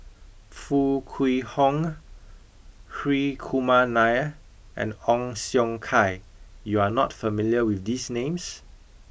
Foo Kwee Horng Hri Kumar Nair and Ong Siong Kai you are not familiar with these names